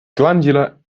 glandular